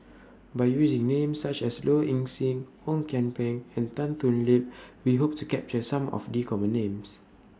By using Names such as Low Ing Sing Ong Kian Peng and Tan Thoon Lip We Hope to capture Some of The Common Names